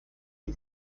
den